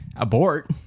abort